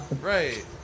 Right